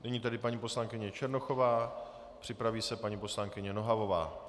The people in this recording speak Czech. Nyní tedy paní poslankyně Černochová, připraví se paní poslankyně Nohavová.